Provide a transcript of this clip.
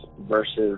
versus